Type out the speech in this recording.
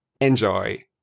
Enjoy